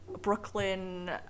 Brooklyn